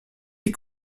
die